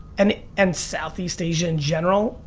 and and southeast asia in general,